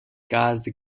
gase